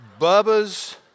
Bubba's